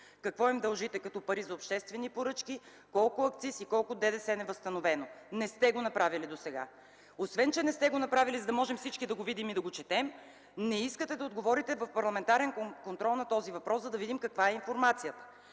какво им дължите като обществени поръчки, колко акциз и колко невъзстановено ДДС. Не сте го направили досега! Освен че не сте го направили, за да можем всички да го видим и да го четем, не искате да отговорите в Парламентарен контрол на този въпрос, за да видим каква е информацията.